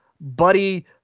buddy